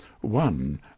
one